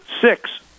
six